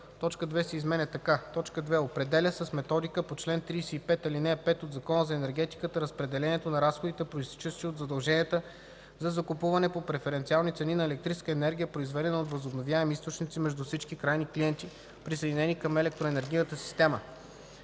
точка 2 се изменя така: „2. определя с методиката по чл. 35, ал. 5 от Закона за енергетиката разпределението на разходите, произтичащи от задълженията за закупуване по преференциални цени на електрическа енергия, произведена от възобновяеми източници, между всички крайни клиенти, присъединени към електроенергийната система;”.